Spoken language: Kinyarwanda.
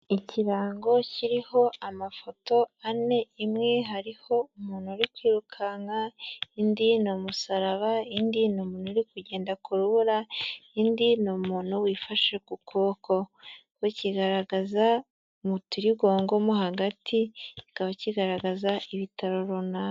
Ikirango kiriho amafoto ane, imwe hariho umuntu uri kwirukanka, indi ni umusaraba, indi ni umuntu uri kugenda ku rubura, indi ni umuntu wifashe ku kuboko, bakigaragaza urtirigongo mo hagati kikaba kigaragaza ibitaro runaka.